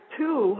two